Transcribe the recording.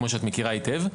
כמו שאת מכירה היטב,